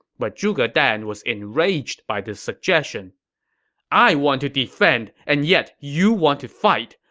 but zhuge dan was enraged by this suggestion i want to defend, and yet you want to fight.